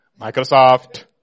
Microsoft